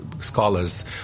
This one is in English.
scholars